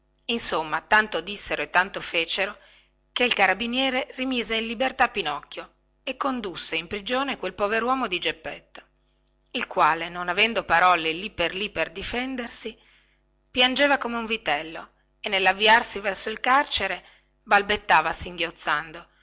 insomma tanto dissero e tanto fecero che il carabiniere rimise in libertà pinocchio e condusse in prigione quel poveruomo di geppetto il quale non avendo parole lì per lì per difendersi piangeva come un vitellino e nellavviarsi verso il carcere balbettava singhiozzando